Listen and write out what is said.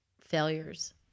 failures